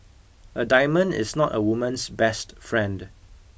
a diamond is not a woman's best friend